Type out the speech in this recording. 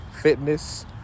fitness